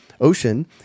Ocean